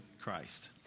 Christ